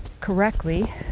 correctly